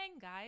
guys